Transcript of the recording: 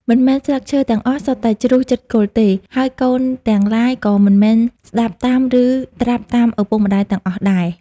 មិនមែនស្លឹកឈើទាំងអស់សុទ្ធតែជ្រុះជិតគល់ទេ ហើយកូនទាំងឡាយក៏មិនមែនស្ដាប់តាម ឬត្រាប់តាមឱពុកម្ដាយទាំងអស់ដែរ។